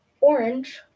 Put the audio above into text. orange